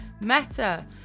Meta